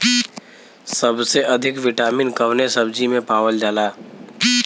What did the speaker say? सबसे अधिक विटामिन कवने सब्जी में पावल जाला?